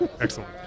excellent